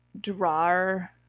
drawer